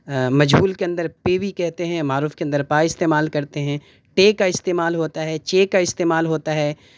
مجہول کے اندر پے بھی کہتے ہیں معروف کے اندر کے پا استعمال کرتے ہیں ٹے کا استعمال ہوتا ہے چے کا استعمال ہوتا ہے